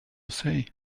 say